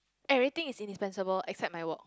everything is insensible except my work